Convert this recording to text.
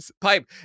pipe